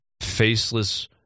faceless